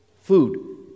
food